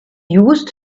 used